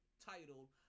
title